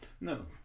no